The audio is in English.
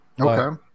Okay